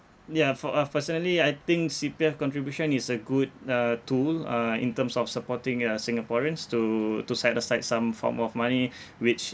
ya for uh personally I think C_P_F contribution is a good uh tool uh in terms of supporting uh singaporeans to to set aside some form of money which